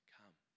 come